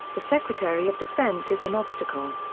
the secretary of defense is an obstacle.